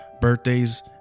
birthdays